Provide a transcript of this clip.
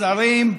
שרים,